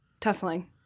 Tussling